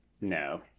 No